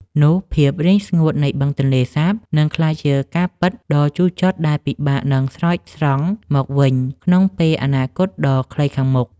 នោះភាពរីងស្ងួតនៃបឹងទន្លេសាបនឹងក្លាយជាការពិតដ៏ជូរចត់ដែលពិបាកនឹងស្រោចស្រង់មកវិញក្នុងពេលអនាគតដ៏ខ្លីខាងមុខ។